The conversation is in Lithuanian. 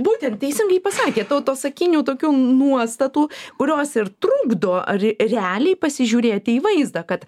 būtent teisingai pasakėt tautosakinių tokių nuostatų kurios ir trukdo ar realiai pasižiūrėti į vaizdą kad